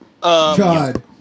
God